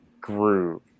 groove